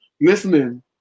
listening